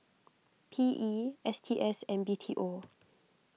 P E S T S and B T O